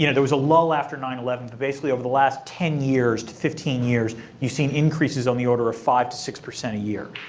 you know there was a lull after nine eleven, but basically over the last ten years to fifteen years, you've seen increases on the order of five six a year.